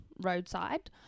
roadside